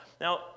Now